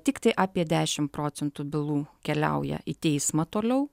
tiktai apie dešimt procentų bylų keliauja į teismą toliau